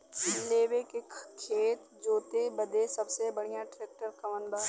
लेव के खेत जोते बदे सबसे बढ़ियां ट्रैक्टर कवन बा?